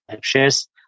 shares